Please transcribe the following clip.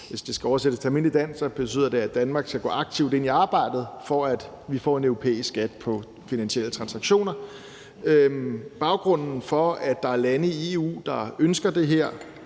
Hvis det skal oversættes til almindeligt dansk, betyder det, at Danmark skal gå aktivt ind i arbejdet for, at vi får en europæisk skat på finansielle transaktioner. Baggrunden for, at der er lande i EU, og også mange